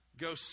go